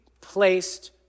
placed